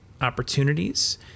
opportunities